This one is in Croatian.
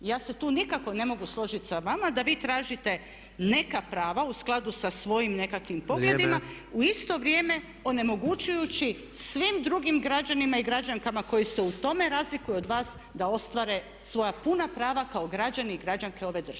Ja se tu nikako ne mogu složiti sa vama da vi tražite neka prava u skladu sa svojim nekakvim pokretima u isto vrijeme onemogućujući svim drugim građanima i građankama koji se u tome razlikuju od vas da ostvare svoja puna prava kao građani i građanke ove države.